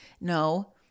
no